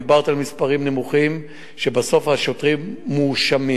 דיברת על מספרים נמוכים של השוטרים שבסוף מואשמים.